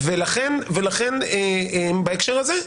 ולכן בהקשר הזה,